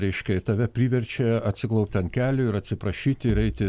reiškia ir tave priverčia atsiklaupt ant kelių ir atsiprašyti ir eiti